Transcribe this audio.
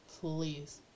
please